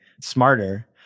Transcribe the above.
smarter